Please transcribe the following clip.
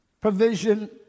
provision